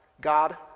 God